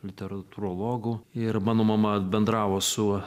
literatūrologų ir mano mama bendravo su